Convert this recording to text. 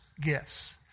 gifts